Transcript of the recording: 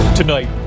Tonight